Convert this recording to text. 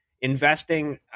Investing